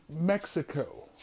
Mexico